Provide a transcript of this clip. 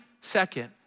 second